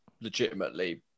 legitimately